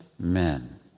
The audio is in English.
Amen